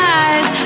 eyes